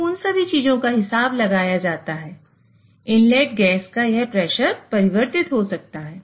तो उन सभी चीजों का हिसाब लगाया जाता है इनलेट गैस का यह प्रेशर परिवर्तित हो सकता है